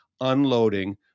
unloading